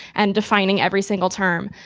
and defining every single term,